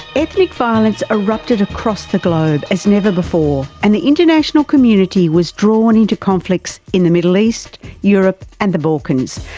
ethnic violence erupted across the globe as never before and the international community was drawn into conflicts in the middle east, europe and the balkans,